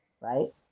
Right